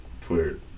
Twitter